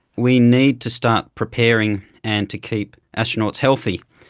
we need to start preparing and to keep astronauts healthy.